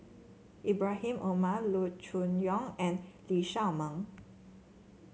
Ibrahim Omar Loo Choon Yong and Lee Shao Meng